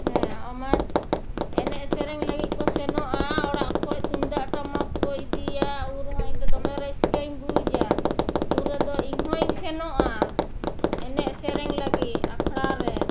ᱦᱮᱸ ᱚᱱᱟ ᱮᱱᱮᱡ ᱥᱮᱨᱮᱧ ᱞᱟᱹᱜᱤᱫ ᱠᱚ ᱥᱮᱱᱚᱜᱼᱟ ᱚᱲᱟᱜ ᱠᱷᱚᱱ ᱛᱩᱢᱫᱟᱜ ᱴᱟᱢᱟᱠ ᱠᱚ ᱤᱫᱤᱭᱟ ᱩᱱ ᱨᱮᱦᱚᱸ ᱤᱧ ᱫᱚ ᱫᱚᱢᱮ ᱨᱟᱹᱥᱠᱟᱹᱧ ᱵᱩᱡᱟ ᱩᱱ ᱨᱮᱫᱚ ᱤᱧᱦᱚᱸᱧ ᱥᱮᱱᱚᱜᱼᱟ ᱮᱱᱮᱡ ᱥᱮᱨᱮᱧ ᱞᱟᱹᱜᱤᱫ ᱟᱠᱷᱲᱟ ᱨᱮ